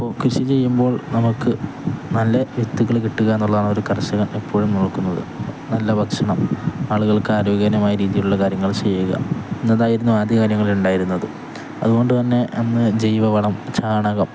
ഇപ്പോള് കൃഷി ചെയ്യുമ്പോൾ നമുക്കു നല്ല വിത്തുകള് കിട്ടുക എന്നുള്ളതാണ് ഒരു കർഷകന് എപ്പോഴും നോക്കുന്നത് നല്ല ഭക്ഷണം ആളുകൾക്ക് ആരോഗ്യകരമായ രീതിയിലുള്ള കാര്യങ്ങൾ ചെയ്യുക എന്നതായിരുന്നു ആദ്യ കാലങ്ങളില് ഇണ്ടായിരുന്നത് അതുകൊണ്ടുതന്നെ അന്നു ജൈവവളം ചാണകം